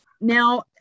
now